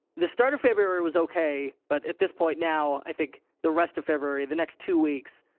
the start of february was okay. but at this point, now, i think the rest of february, the next two weeks,